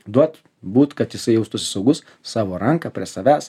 duot būt kad jisai jaustųsi saugus savo ranką prie savęs